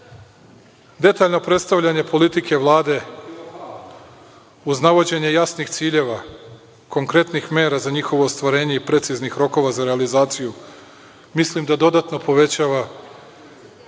vide. Detaljno predstavljanje politike Vlade uz navođenje jasnih ciljeva, konkretnih mera za njihovo ostvarenje i preciznih rokova za realizaciju, mislim da dodatno povećava